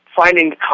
Finding